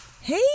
Hey